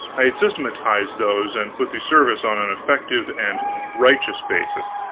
i had systematized those, and put the service on an effective and righteous basis.